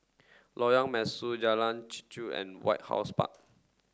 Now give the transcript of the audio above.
Lorong Mesu Jalan Chichau and White House Park